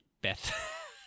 Beth